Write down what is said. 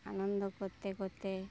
আনন্দ করতে করতে